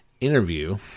interview